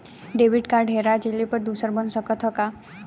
Debit card हेरा जइले पर दूसर बन सकत ह का?